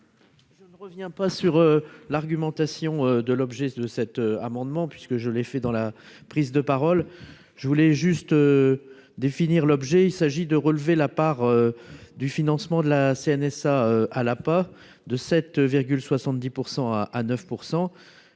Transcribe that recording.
Revient pas sur l'argumentation de l'objet de cet amendement, puisque je l'ai fait dans la prise de parole, je voulais juste définir l'objet, il s'agit de relever la part du financement de la CNSA ah la, pas de 7 70 % à à